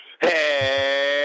Hey